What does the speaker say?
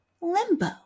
limbo